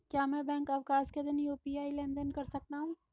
क्या मैं बैंक अवकाश के दिन यू.पी.आई लेनदेन कर सकता हूँ?